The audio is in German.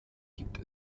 gibt